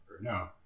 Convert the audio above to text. No